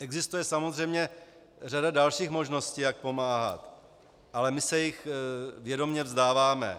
Existuje samozřejmě řada dalších možností, jak pomáhat, ale my se jich vědomě vzdáváme.